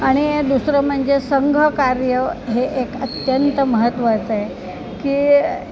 आणि दुसरं म्हणजे संघकार्य हे एक अत्यंत महत्त्वाचं आहे की